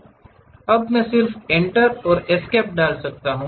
अब मैं सिर्फ एंटर और एस्केप डाल सकता हूं